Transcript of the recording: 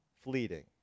fleeting